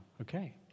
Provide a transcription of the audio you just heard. okay